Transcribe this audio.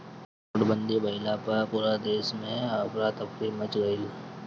नोटबंदी भइला पअ पूरा देस में अफरा तफरी मच गईल